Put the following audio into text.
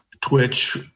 twitch